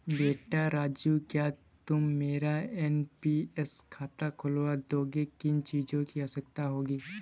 बेटा राजू क्या तुम मेरा एन.पी.एस खाता खुलवा दोगे, किन चीजों की आवश्यकता होगी?